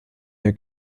der